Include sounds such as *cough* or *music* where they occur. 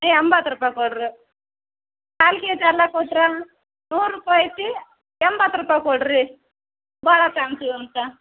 ಎಂಬತ್ತು ರೂಪಾಯಿ ಕೊಡ್ರಿ ಕಾಲು ಕೆ ಜ್ ಅಲ್ಲ ಕೊಟ್ರೆ ನೂರು ರೂಪಾಯಿ ಐತಿ ಎಂಬತ್ತು ರೂಪಾಯಿ ಕೊಡಿರಿ ಭಾಳ *unintelligible*